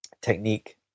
technique